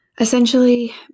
Essentially